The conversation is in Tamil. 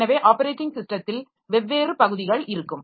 எனவே ஆப்பரேட்டிங் ஸிஸ்டத்தில் வெவ்வேறு பகுதிகள் இருக்கும்